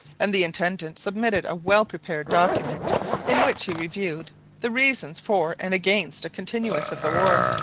and the intendant submitted a well-prepared document in which he reviewed the reasons for and against a continuance of the war.